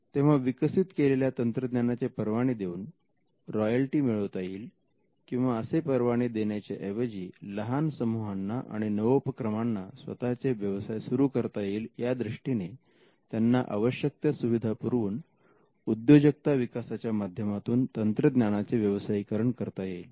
तेव्हा विकसित केलेल्या तंत्रज्ञानाचे परवाने देऊन रॉयल्टी मिळवता येईल किंवा असे परवाने देण्याच्या ऐवजी लहान समूहांना आणि नवोपक्रमांना स्वतःचे व्यवसाय सुरु करता येतील यादृष्टीने त्यांना आवश्यक त्या सुविधा पुरवून उद्योजकता विकासाच्या माध्यमातून तंत्रज्ञानाचे व्यवसायीकरण करता येईल